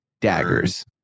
Daggers